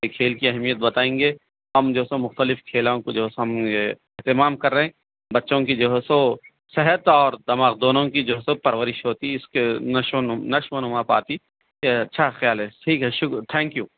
کھیل کی اہمیت بتائیں گے ہم جو ہے سو مختلف کھیلوں کو جو ہے سو ہم یہ اہتمام کر رہے ہیں بچوں کی جو ہے سو صحت اور دماغ دونوں کی جو ہے سو پرورش ہوتی اِس کے نشو و نما نش و نما پاتی یہ اچھا خیال ہے ٹھیک ہے شُکر تھینک یو